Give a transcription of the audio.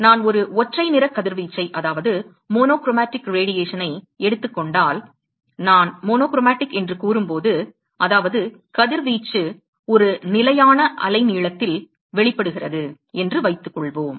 எனவே நான் ஒரு ஒற்றை நிறக் கதிர்வீச்சை எடுத்துக் கொண்டால் சரி நான் மோனோக்ரோமடிக் என்று கூறும்போது அதாவது கதிர்வீச்சு ஒரு நிலையான அலைநீளத்தில் வெளிப்படுகிறது என்று வைத்துக்கொள்வோம்